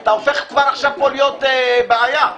אתה הופך כבר עכשיו להיות בעיה פה.